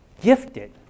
gifted